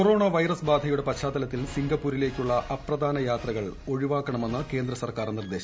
corona virus ബാധയുടെ പശ്ചാത്തലത്തിൽ ന് ജനങ്ങൾ സിംഗപ്പൂരിലേക്കുള്ള അപ്രധാന യാത്രകൾ ഒഴിവാക്കണമെന്ന് കേന്ദ്ര സർക്കാർ നിർദ്ദേശം